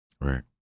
Right